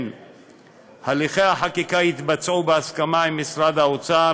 הליכי החקיקה יתבצעו בהסכמה עם משרד האוצר,